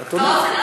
את עונה, את עונה.